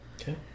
okay